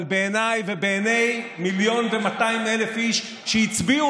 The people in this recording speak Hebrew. אבל בעיני ובעיני מיליון ו-200,000 איש שהצביעו